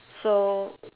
so